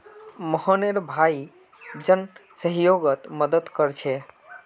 मोहनेर भाई जन सह्योगोत मदद कोरछे